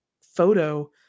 photo